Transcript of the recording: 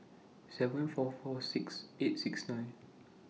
seven four four six eight six nine